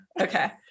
okay